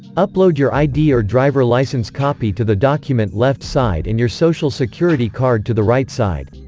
upload your id or driver licence copy to the document left side and your social security card to the right side.